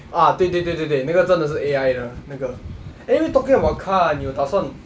ah 对对对对对那个真的是 A_I 的那个 anyway talking about car 你有打算